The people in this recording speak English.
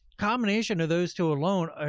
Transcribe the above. combination of those two alone,